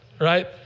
right